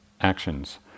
actions